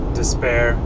despair